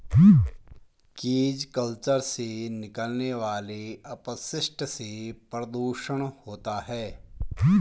cage culture से निकलने वाले अपशिष्ट से प्रदुषण होता है